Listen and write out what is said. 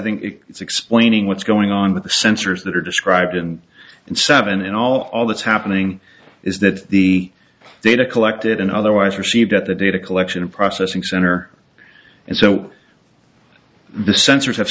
think it's explaining what's going on with the sensors that are described in and seven and all all that's happening is that the data collected and otherwise received at the data collection processing center and so the sensors have